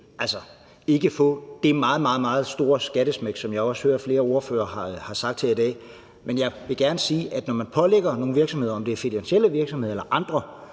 altså ikke få det meget, meget store skattesmæk, som jeg også hører flere ordførere har nævnt her i dag. Men jeg vil gerne sige, at når man pålægger nogle virksomheder – om det er finansielle virksomheder eller andre